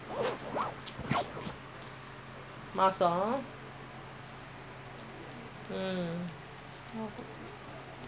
ரெண்டுபேரும்சம்பாரிக்கணும்கட்டணும்ஆமாவாஇல்லையா:rendu paerum sambaarikkanum kattanum aamavaa illaya